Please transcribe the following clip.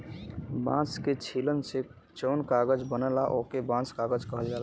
बांस के छीलन से जौन कागज बनला ओके बांस कागज कहल जाला